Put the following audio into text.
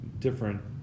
Different